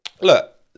Look